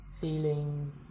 feeling